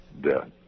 death